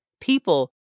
people